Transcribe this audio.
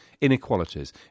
inequalities